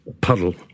puddle